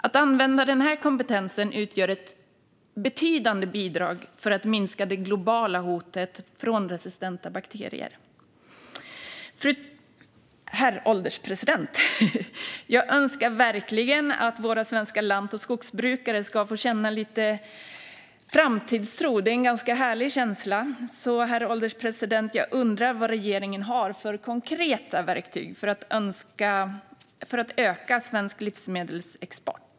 Att använda den kompetensen utgör ett betydande bidrag för att minska det globala hotet från resistenta bakterier. Herr ålderspresident! Jag önskar verkligen att våra svenska lant och skogsbrukare ska få känna framtidstro. Det är en härlig känsla. Så, herr ålderspresident, jag undrar vad regeringen har för konkreta verktyg för att öka svensk livsmedelsexport.